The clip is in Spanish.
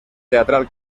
teatral